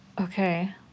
Okay